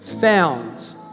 found